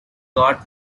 god